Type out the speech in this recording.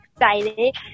excited